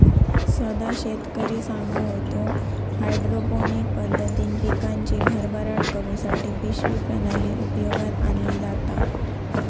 सदा शेतकरी सांगा होतो, हायड्रोपोनिक पद्धतीन पिकांची भरभराट करुसाठी पिशवी प्रणाली उपयोगात आणली जाता